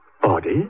body